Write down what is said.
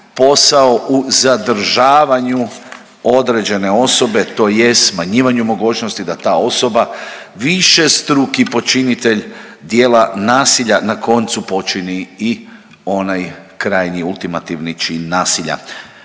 posao u zadržavanju određene osobe tj. smanjivanju mogućnosti da ta osoba višestruki počinitelj djela nasilja na koncu počini i onaj krajnji ultimativni čin nasilja,